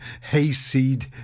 Hayseed